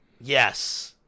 Yes